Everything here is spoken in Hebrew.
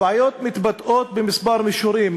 הבעיות מתבטאות בכמה מישורים,